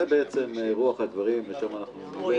רוח הדברים ולשם אנחנו נלך.